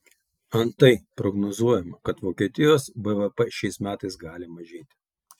antai prognozuojama kad vokietijos bvp šiais metais gali mažėti